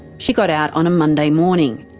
she got out on a monday morning.